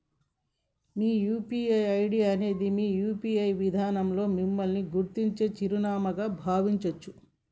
మీ UPI ID అనేది UPI విధానంలో మిమ్మల్ని గుర్తించే చిరునామాగా భావించొచ్చు